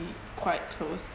quite close